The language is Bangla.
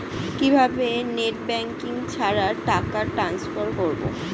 কিভাবে নেট ব্যাঙ্কিং ছাড়া টাকা টান্সফার করব?